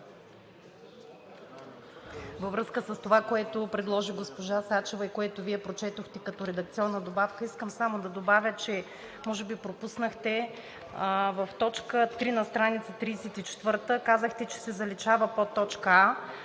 във връзка с това, което предложи госпожа Сачева, което Вие прочетохте като редакционна добавка, искам само да добавя, че може би пропуснахте в т. 3 на стр. 34 – казахте, че се заличава подточка